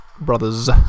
Brothers